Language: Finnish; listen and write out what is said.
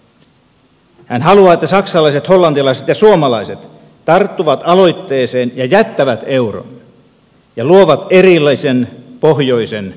hän haluaa että saksalaiset hollantilaiset ja suomalaiset tarttuvat aloitteeseen ja jättävät euron ja luovat erillisen pohjoisen unionin